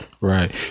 right